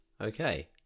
Okay